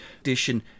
Edition